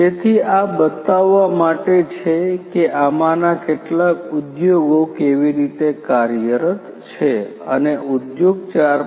તેથી આ બતાવવા માટે છે કે આમાંના કેટલાક ઉદ્યોગો કેવી રીતે કાર્યરત છે અને ઉદ્યોગ 4